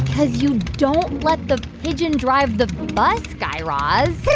because you don't let the pigeon drive the bus, guy raz.